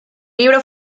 libro